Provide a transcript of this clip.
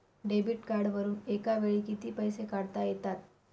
Debit कार्डवरुन एका वेळी किती पैसे काढता येतात?